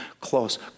close